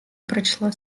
прочла